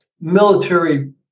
military